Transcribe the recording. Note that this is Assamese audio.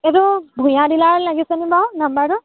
এইটো ভূঞা ডিলাৰত লাগিছেনে বাৰু নম্বৰটো